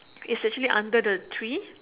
is actually under the tree